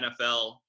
NFL